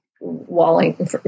walling